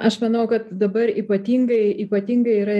aš manau kad dabar ypatingai ypatingai yra